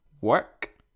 work